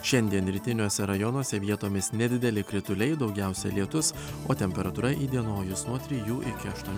šiandien rytiniuose rajonuose vietomis nedideli krituliai daugiausia lietus o temperatūra įdienojus nuo trijų iki aštuonių